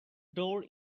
door